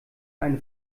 eine